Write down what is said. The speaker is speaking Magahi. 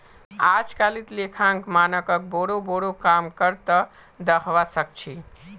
अजकालित लेखांकन मानकक बोरो बोरो काम कर त दखवा सख छि